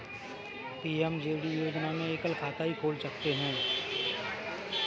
PMJD योजना में एकल खाता ही खोल सकते है